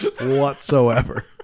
whatsoever